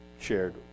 shared